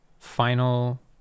final